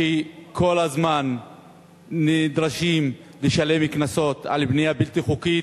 שכל הזמן נדרשים לשלם קנסות על בנייה בלתי חוקית,